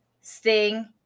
Sting